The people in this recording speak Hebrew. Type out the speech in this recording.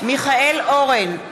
מיכאל אורן,